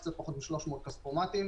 קצת פחות מ-300 כספומטים.